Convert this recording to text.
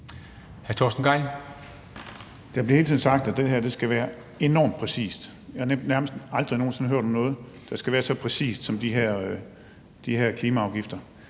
Der bliver hele tiden sagt, at det her skal være enormt præcist – jeg har nærmest aldrig nogen sinde hørt om noget, der skal være så præcist som de her klimaafgifter.